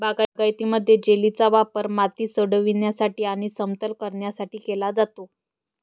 बागायतीमध्ये, जेलीचा वापर माती सोडविण्यासाठी आणि समतल करण्यासाठी केला जातो